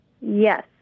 Yes